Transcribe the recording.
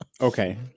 okay